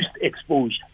exposure